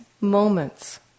moments